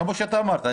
כפי שאמרת,